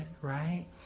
right